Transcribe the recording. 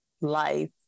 life